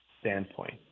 standpoint